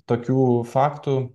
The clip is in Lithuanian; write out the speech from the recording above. tokių faktų